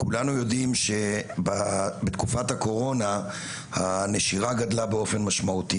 כולנו יודעים שבתקופת הקורונה הנשירה גדולה באופן משמעותי.